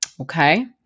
Okay